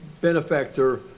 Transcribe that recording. benefactor